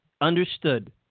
understood